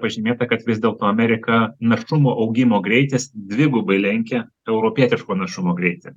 pažymėta kad vis dėlto amerika našumo augimo greitis dvigubai lenkia europietiško našumo greitį